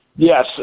Yes